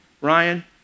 Ryan